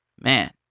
Man